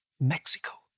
Mexico